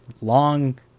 long